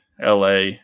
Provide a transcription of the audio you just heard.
LA